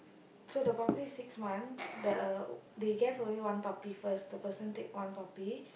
so the puppy six month the they gave away one puppy first the person take one puppy